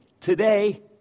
today